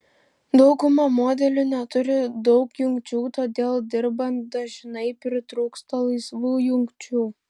dauguma modelių neturi daug jungčių todėl dirbant dažnai pritrūksta laisvų jungčių